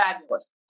fabulous